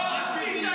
אתה לא עשית את זה.